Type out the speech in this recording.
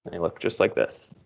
and look just like this.